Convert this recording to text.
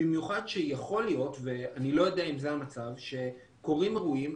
במיוחד שיכול להיות ואני לא יודע אם זה המצב שקורים אירועים,